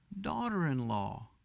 daughter-in-law